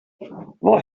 vad